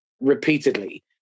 repeatedly